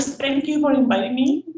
thank you for inviting me.